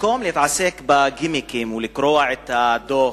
במקום להתעסק בגימיקים ולקרוע את הדוח,